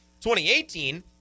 2018